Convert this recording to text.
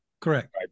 correct